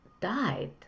died